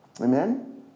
Amen